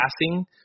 passing